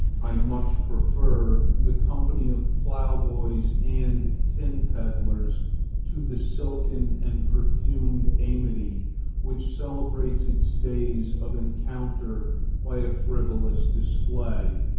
i much prefer the company of ploughboys and tin-peddlers to the silken and perfumed amity which celebrates its days of encounter by a frivolous display,